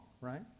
right